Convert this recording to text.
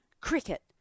cricket